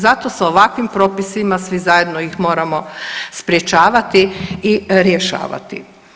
Zato s ovakvim propisima svi zajedno ih moramo sprječavati i rješavati.